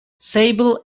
sable